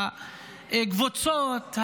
הקבוצות,